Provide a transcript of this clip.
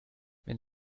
wenn